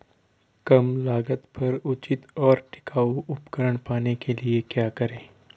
कम लागत पर उचित और टिकाऊ उपकरण पाने के लिए क्या करें?